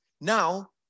Now